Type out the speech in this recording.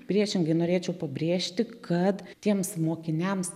priešingai norėčiau pabrėžti kad tiems mokiniams